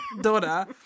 daughter